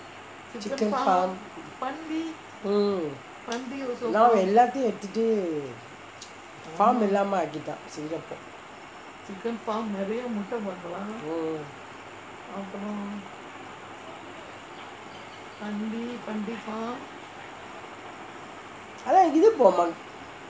chicken farm mm now எல்லாத்தையும் எடுத்துட்டு:ellathaiyum eduthuttu farm இல்லாமே ஆக்கிட்டான்:illamae aakittaan singapore mm